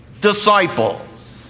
disciples